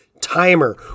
timer